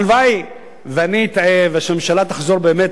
הלוואי שאני אטעה ושהממשלה תחזור באמת,